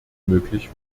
möglich